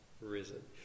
risen